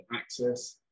access